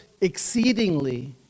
exceedingly